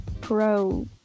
pro